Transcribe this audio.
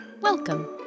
welcome